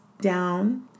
down